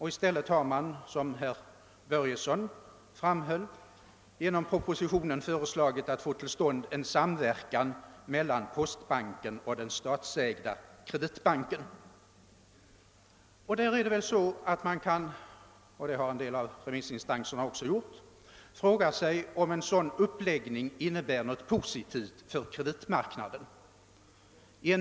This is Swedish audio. I stället har, såsom herr Börjesson framhöll, regeringen genom propositionen föreslagit en samverkan mellan postbanken och den statsägda Kreditbanken. Man kan fråga sig — och det har en del av remissinstanserna också gjort — om en sådan uppläggning innebär någonting positivt för kreditmarknaden.